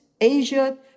Asia